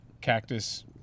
Cactus